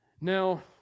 Now